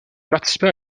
participa